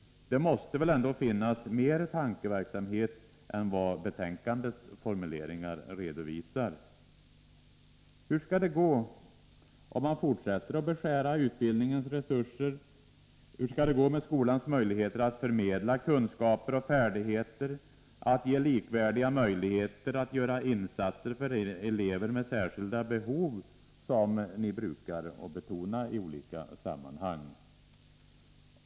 Det måste väl ändå finnas mer tankeverksamhet än vad betänkandets formuleringar redovisar. Hur skall det gå om man fortsätter att beskära utbildningens resurser? Hur skall det gå med skolans möjligheter att förmedla kunskaper och färdigheter att ge likvärdiga möjligheter och att göra insatser för elever med särskilt behov av stöd, som ni brukar betona i olika sammanhang?